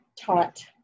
taught